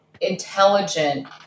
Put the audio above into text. intelligent